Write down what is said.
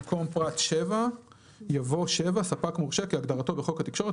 במקום פרט 7 יבוא: "7.ספק מורשה כהגדרתו בחוק התקשורת,